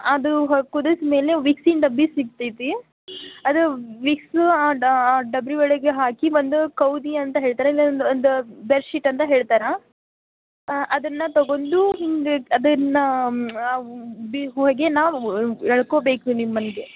ಅದು ಕುದಿಸಿ ಮೇಲೆ ವಿಕ್ಸಿನ ಡಬ್ಬಿ ಸಿಗ್ತದೆ ಅದು ವಿಕ್ಸು ಆ ಡಬ್ರಿ ಒಳಗೆ ಹಾಕಿ ಒಂದು ಕೌದಿ ಅಂತ ಹೇಳ್ತಾರೆ ಇಲ್ಲ ಒಂದು ಒಂದು ಬೆರ್ಶಿಟ್ ಅಂತ ಹೇಳ್ತಾರೆ ಅದನ್ನ ತಗೊಂಡು ಹಿಂಗೇ ಅದನ್ನು ಬಿ ಹೊಗೇನ ನಾವು ಎಳ್ಕೊಬೇಕು ನಿಮ್ಮಲ್ಲೆ